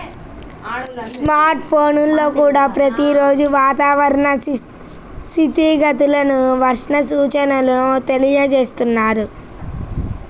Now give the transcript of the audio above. smart ఫోన్లల్లో కూడా ప్రతి రోజూ వాతావరణ స్థితిగతులను, వర్ష సూచనల తెలియజేస్తున్నారు